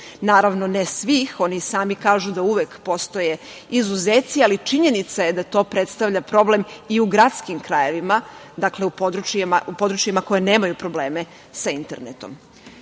Naravno, ne svih. Oni sami kažu da uvek postoje izuzeci, ali činjenica je da to predstavlja problem i u gradskim krajevima, dakle u područjima koji nemaju probleme sa internetom. Uvođenje